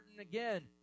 again